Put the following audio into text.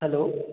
hello